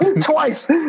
Twice